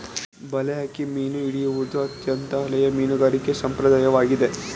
ಬಲೆ ಹಾಕಿ ಮೀನು ಹಿಡಿಯುವುದು ಅತ್ಯಂತ ಹಳೆಯ ಮೀನುಗಾರಿಕೆ ಸಂಪ್ರದಾಯವಾಗಿದೆ